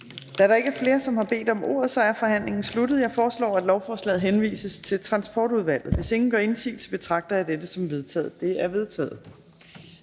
Da der ikke er flere, som har bedt om ordet, er forhandlingen sluttet. Jeg foreslår, at lovforslaget henvises til Transportudvalget. Hvis ingen gør indsigelse, betragter jeg dette som vedtaget. Det er vedtaget.